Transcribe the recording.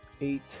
eight